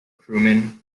crewmen